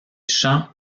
champs